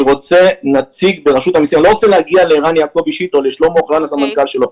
אני לא רוצה להגיע לערן יעקב אישית או לסמנכ"ל שלו.